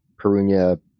Perunia